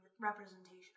representation